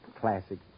Classic